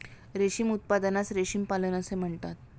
रेशीम उत्पादनास रेशीम पालन असे म्हणतात